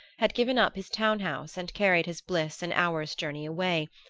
had given up his town house and carried his bliss an hour's journey away,